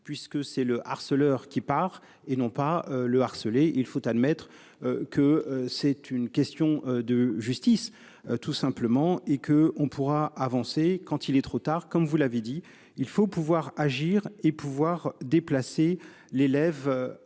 puisque c'est le harceleur qui part et non pas le harceler. Il faut admettre que c'est une question de justice tout simplement et que on pourra avancer quand il est trop tard comme vous l'avez dit, il faut pouvoir agir et pouvoir déplacer l'élève